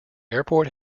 airport